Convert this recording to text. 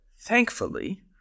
thankfully